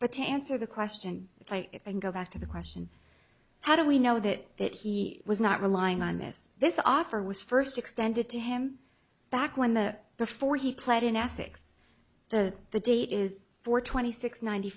but to answer the question and go back to the question how do we know that that he was not relying on this this offer was first extended to him back when the before he played in essex that the date is four twenty six ninety